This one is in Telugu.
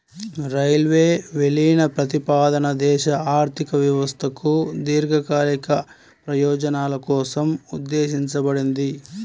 రైల్వే విలీన ప్రతిపాదన దేశ ఆర్థిక వ్యవస్థకు దీర్ఘకాలిక ప్రయోజనాల కోసం ఉద్దేశించబడింది